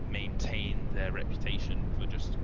maintain their reputation for just